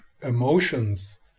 emotions